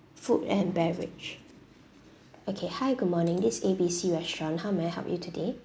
food and beverage okay hi good morning this A B C restaurant how may I help you today